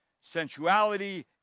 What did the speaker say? sensuality